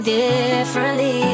differently